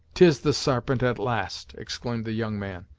tis the sarpent, at last! exclaimed the young man,